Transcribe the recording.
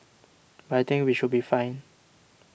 but I think we should be fine